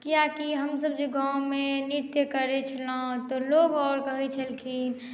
किेक कि हम सब जे गाँवमे नृत्य करय छलहुँ तऽ लोग अर कहय छलखिन